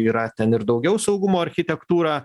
yra ten ir daugiau saugumo architektūrą